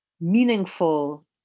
meaningful